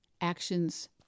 actions